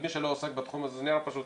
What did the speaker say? למי שלא עוסק בתחום הזה זה נראה פשוט,